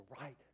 right